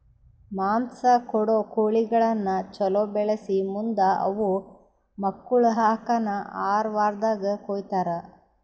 ಮಾಂಸ ಕೊಡೋ ಕೋಳಿಗಳನ್ನ ಛಲೋ ಬೆಳಿಸಿ ಮುಂದ್ ಅವು ಮಕ್ಕುಳ ಹಾಕನ್ ಆರ ವಾರ್ದಾಗ ಕೊಯ್ತಾರ